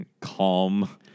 calm